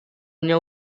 unió